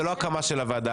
זו לא הקמה של הוועדה,